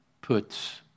puts